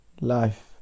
life